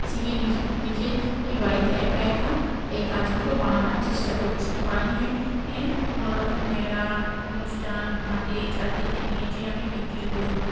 শিখে নিজেই এই বাড়িতে একা একা এই কাজগুলো বানানোর চেষ্টা করছি বানিয়ে এ কোনোরকম মেলা অনুষ্ঠান হাটে চারদিকে নিয়ে যেয়ে আমি বিক্রি করি